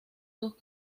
sus